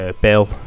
Bill